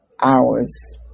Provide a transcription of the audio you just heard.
hours